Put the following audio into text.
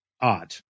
odd